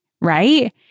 Right